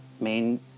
main